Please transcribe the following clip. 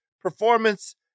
performance